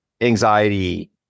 anxiety